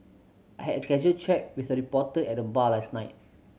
I had a casual chat with a reporter at the bar last night